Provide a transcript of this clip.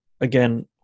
again